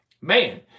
Man